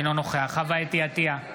אינו נוכח חוה אתי עטייה,